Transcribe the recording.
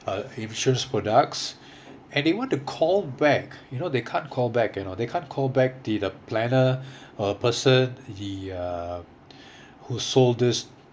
uh insurance products and they want to call back you know they can't call back you know they can't call back the the planner the person the uh who sold this